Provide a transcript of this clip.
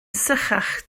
sychach